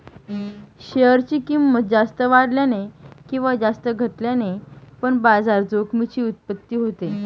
share ची किंमत जास्त वाढल्याने किंवा जास्त घटल्याने पण बाजार जोखमीची उत्पत्ती होते